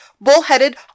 bullheaded